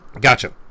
Gotcha